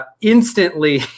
instantly